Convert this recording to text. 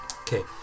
Okay